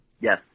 Yes